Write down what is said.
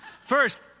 First